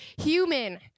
human